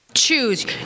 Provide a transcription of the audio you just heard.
choose